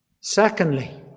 Secondly